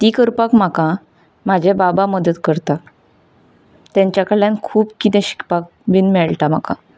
ती करपाक म्हाका म्हजे बाबा मदत करता तेंच्याकडल्यान खूब कितें शिकपाक बीन मेळटा म्हाका